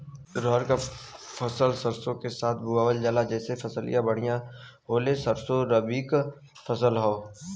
रहर क फसल सरसो के साथे बुवल जाले जैसे फसलिया बढ़िया होले सरसो रबीक फसल हवौ